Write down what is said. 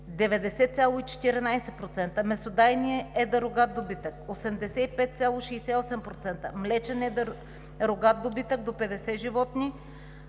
90,14%; месодаен едър рогат добитък – 85,68%; млечен едър рогат добитък до 50 животни